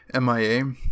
MIA